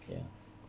ya